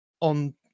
on